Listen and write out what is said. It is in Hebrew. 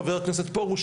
חבר הכנסת פרוש,